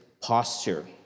posture